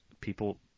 people